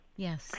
Yes